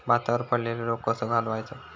भातावर पडलेलो रोग कसो घालवायचो?